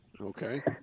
Okay